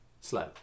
slow